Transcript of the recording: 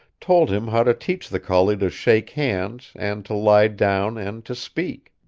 told him how to teach the collie to shake hands and to lie down and to speak.